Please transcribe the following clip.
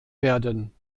werden